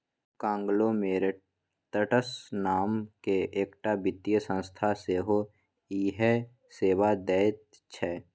conglomerates नामकेँ एकटा वित्तीय संस्था सेहो इएह सेवा दैत छै